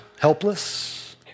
helpless